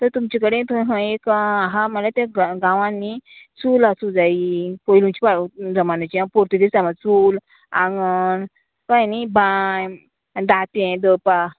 तर तुमचे कडेन थंय हय एक आहा म्हळ्यार ते गांवान न्ही चूल आसूं जायी पयलुची पाळ जमान्याची पुर्तुगीजां टायम चूल आंगण कळ्ळें न्ही बांय दातें दळपा